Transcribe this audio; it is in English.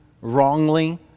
wrongly